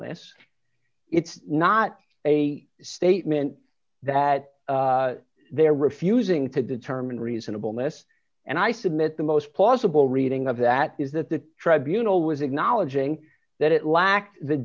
s it's not a statement that they're refusing to determine reasonableness and i submit the most plausible reading of that is that the tribunal was acknowledging that it lacked the